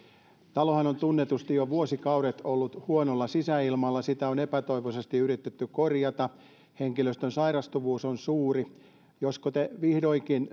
talohan on tunnetusti jo vuosikaudet ollut huonolla sisäilmalla ja sitä on epätoivoisesti yritetty korjata henkilöstön sairastuvuus on suuri josko te vihdoikin